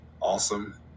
awesome